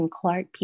Clark